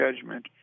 judgment